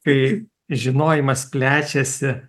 kai žinojimas plečiasi